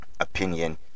opinion